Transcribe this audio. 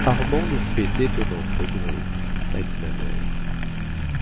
armande fait d'étonnants progrès a dit ma mère